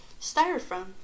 styrofoam